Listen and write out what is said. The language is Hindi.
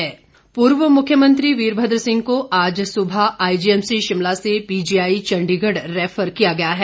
वीरभद्र पूर्व मुख्यमंत्री वीरभद्र सिंह को आज सुबह आईजीएमसी शिमला से पीजीआई चण्डीगढ़ रैफर किया गया है